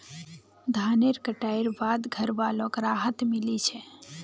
धानेर कटाई बाद घरवालोक राहत मिली छे